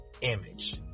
image